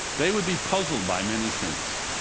they would be puzzled by many things.